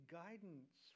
guidance